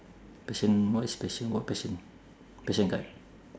passion what is passion what passion passion card